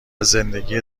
زندگی